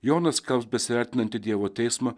jonas skelbs besiartinantį dievo teismą